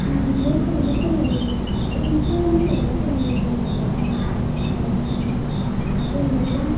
मोसानायनि सोमोन्दै ओरैनोथ' मोसानायनि सोमोन्दै बुङोब्ला जोंनियाव गोबां